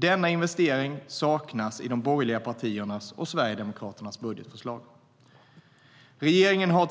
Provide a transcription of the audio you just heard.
Denna investering saknas i de borgerliga partiernas och Sverigedemokraternas budgetförslag. Regeringen föreslår